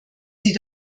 sie